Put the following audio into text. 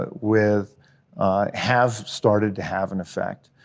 ah with have started to have an effect.